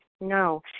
No